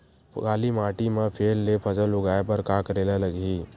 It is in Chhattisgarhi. काली माटी म फेर ले फसल उगाए बर का करेला लगही?